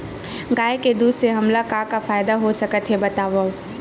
गाय के दूध से हमला का का फ़ायदा हो सकत हे बतावव?